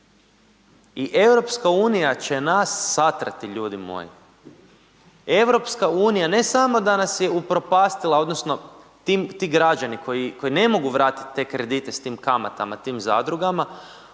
i EU će nas satrati ljudi moji, EU ne samo da nas je upropastila odnosno ti građani koji ne mogu vratiti te kredite s tim kamatama tim zadrugama,